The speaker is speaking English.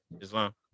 Islam